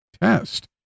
test